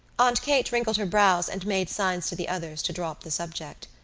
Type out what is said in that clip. aunt kate wrinkled her brows and made signs to the others to drop the subject.